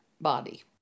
body